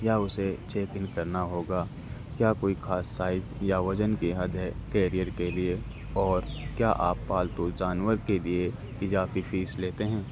یا اسے چیکنگ کرنا ہوگا کیا کوئی خھاص سائز یا وزن کے حد ہے کیریئر کے لیے اور کیا آپ پالتو جانور کے لیے اضافی فیس لیتے ہیں